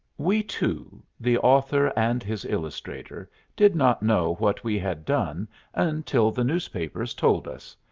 we two the author and his illustrator did not know what we had done until the newspapers told us.